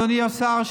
אדוני השר,